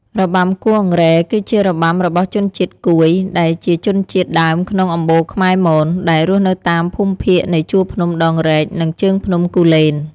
របាំគោះអង្រែ គឺជារបាំរបស់ជនជាតិគួយ ដែលជាជនជាតិដើមក្នុងអំបូរខ្មែរមន ដែលរស់នៅតាមភូមិភាគនៃជួរភ្នំដងរែកនិងជើងភ្នំគូលែន។